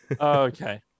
okay